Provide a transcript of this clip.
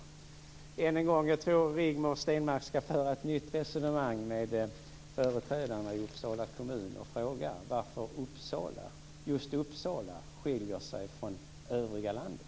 Jag tror att Rigmor Stenmark ska föra ett nytt resonemang med företrädarna i Uppsala kommun och fråga varför just Uppsala skiljer sig från övriga landet.